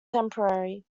temporary